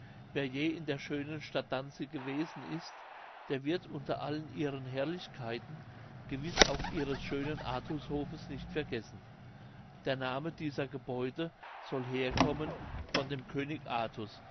wer je in der schönen stadt danzig gewesen ist der wird unter allen ihren herrlichkeiten gewiß auch ihres schönen artushofes nicht vergessen der name dieser gebäude soll herkommen von dem könig artus